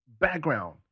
Background